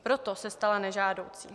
Proto se stala nežádoucí.